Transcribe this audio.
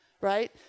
right